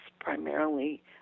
primarily